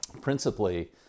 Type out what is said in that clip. principally